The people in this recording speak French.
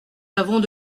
l’avons